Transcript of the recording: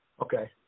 Okay